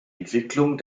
entwicklung